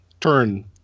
turn